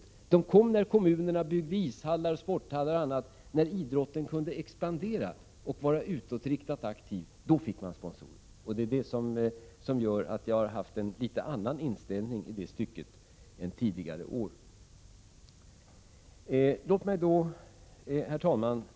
Sponsorerna kom när kommunerna byggde ishallar, sporthallar och annat och när idrotten kunde expandera och vara utåtriktat aktiv. Det är detta som gör att jag under arbetet med årets budgetförslag haft en något annan inställning i det avseendet än tidigare år.